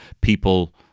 people